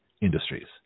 industries